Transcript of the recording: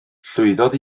llwyddodd